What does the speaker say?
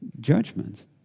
judgment